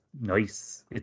nice